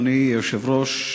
אדוני היושב-ראש,